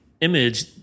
image